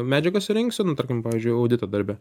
medžiagą surinksiu nu tarkim pavyzdžiui audito darbe